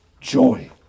joy